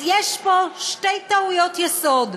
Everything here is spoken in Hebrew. אז יש פה שתי טעויות יסוד: